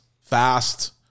fast